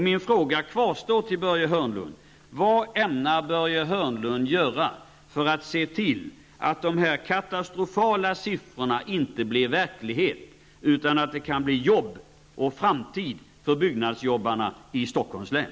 Min fråga till Börje Hörnlund kvarstår: Vad ämnar Börje Hörnlund göra för att se till att de katastrofala siffrorna inte blir verklighet utan att det kan bli jobb och framtid för byggnadsjobbarna i Stockholms län?